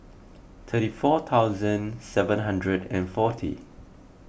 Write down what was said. thirty four thousand seven hundred and forty